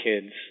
kids